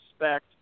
respect